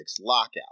lockout